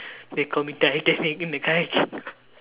they call me Titanic in the kayaking